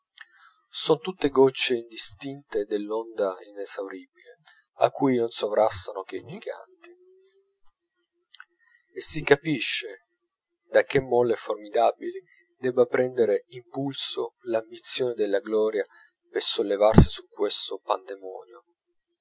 son tutte goccie indistinte dell'onda inesauribile a cui non sovrastano che i giganti e si capisce da che molle formidabili debba prendere impulso l'ambizione della gloria per sollevarsi su questo pandemonio